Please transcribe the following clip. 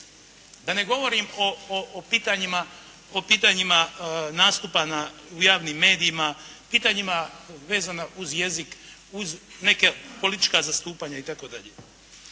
Da ne govorim o pitanjima nastupa u javnim medijima, pitanjima vezana uz jezik, uz neka politička zastupanja itd.